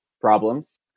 problems